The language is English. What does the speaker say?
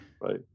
Right